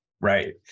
Right